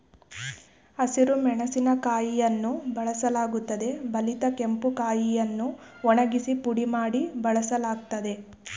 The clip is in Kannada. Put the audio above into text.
ಹಸಿರು ಮೆಣಸಿನಕಾಯಿಯನ್ನು ಬಳಸಲಾಗುತ್ತದೆ ಬಲಿತ ಕೆಂಪು ಕಾಯಿಯನ್ನು ಒಣಗಿಸಿ ಪುಡಿ ಮಾಡಿ ಬಳಸಲಾಗ್ತದೆ